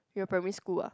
your primary school ah